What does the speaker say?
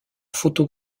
photo